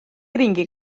ringi